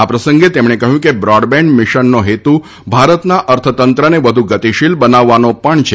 આ પ્રસંગે તેમણે કહ્યું કે બ્રોડબેન્ડ મિશનનો હેતુ ભારતના અર્થતંત્રને વધુ ગતિશીલ બનાવવાનો પણ છે